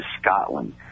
Scotland